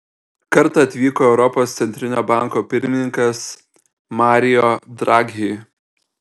kartą atvyko europos centrinio banko pirmininkas mario draghi